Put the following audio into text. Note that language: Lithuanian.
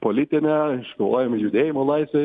politinę iškovojom ir judėjimo laisvę